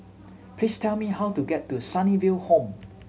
please tell me how to get to Sunnyville Home